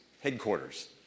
headquarters